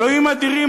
אלוהים אדירים,